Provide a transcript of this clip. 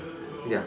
ya